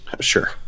Sure